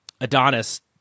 Adonis